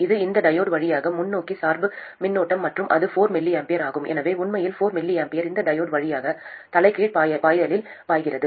இது இந்த டையோடு வழியாக முன்னோக்கி சார்பு மின்னோட்டம் மற்றும் அது 4 mA ஆகும் எனவே உண்மையில் 4 mA இந்த டையோடு வழியாக தலைகீழ் பயாஸில் பாய்கிறது